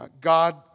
God